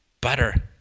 butter